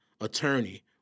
attorney